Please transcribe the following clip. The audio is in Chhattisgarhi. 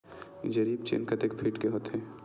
जरीब चेन कतेक फीट के होथे?